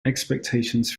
expectations